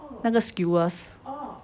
那个 skewers